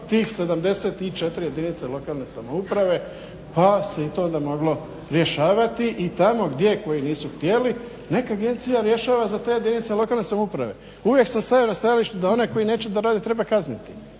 tih 74 jedinice lokalne samouprave pa se i to onda moglo rješavati i tamo gdje koji nisu htjeli nek agencija rješava za te jedinice lokalne samouprave. Uvijek sam stajao na stajalištu da one koji neće da radi treba kazniti,